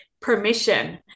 permission